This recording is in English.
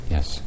Yes